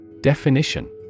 Definition